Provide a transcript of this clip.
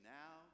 now